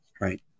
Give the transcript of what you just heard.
right